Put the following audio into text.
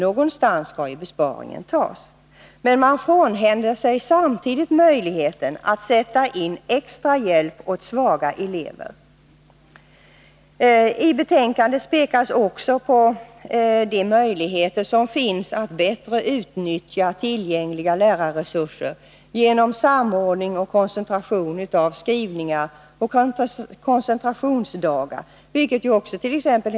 Någonstans måste ju besparingen göras. Men man frånhänder sig samtidigt möjligheten att sätta in extra hjälp åt svaga elever. I betänkandet pekas också på de möjligheter som finns att bättre utnyttja tillgängliga lärarresurser genom samordning och koncentration av skrivningar och koncentrationsdagar, vilket också t.ex.